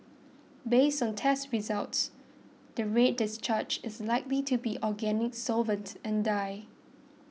based on test results the red discharge is likely to be organic solvent and dye